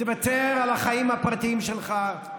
תוותר על החיים הפרטיים שלך,